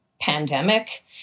pandemic